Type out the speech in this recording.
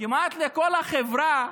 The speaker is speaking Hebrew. כמעט לכל החברה.